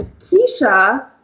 Keisha